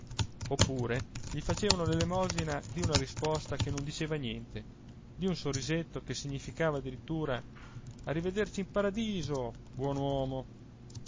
oppure gli facevano l'elemosina di una risposta che non diceva niente di un sorrisetto che significava addirittura arrivederci in paradiso buon uomo